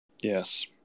Yes